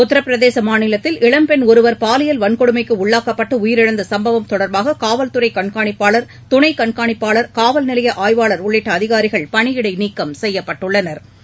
உத்திரப்பிரதேச மாநிலத்தில் இளம்பெண் ஒருவர் பாலியல் வன்கொடுமைக்கு உள்ளாக்கப்பட்டு உயிரிழந்த சும்பவம் தொடர்பாக காவல்துறை கண்காணிப்பாளர் துணை கண்காணிப்பாளர் காவல்நிலைய உள்ளிட்ட பணியிடை நீக்கம் செய்யப்பட்டுள்ளனா்